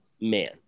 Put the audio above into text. man